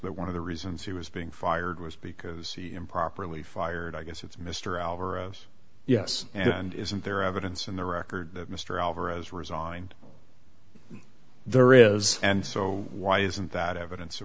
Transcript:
that one of the reasons he was being fired was because he improperly fired i guess it's mr alvarez yes and isn't there evidence in the record that mr alvarez resigned there is and so why isn't that evidence a